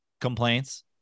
complaints